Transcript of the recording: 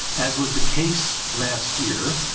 as was the case last year,